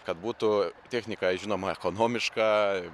kad būtų technika žinoma ekonomiška